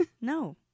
No